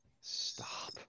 Stop